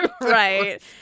right